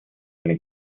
eine